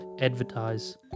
advertise